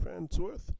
Fansworth